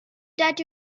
that